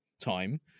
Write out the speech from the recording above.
time